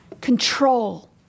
control